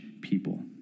people